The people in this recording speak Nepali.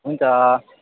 हुन्छ